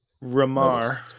Ramar